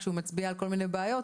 כשהוא מצביע על כל מיני בעיות,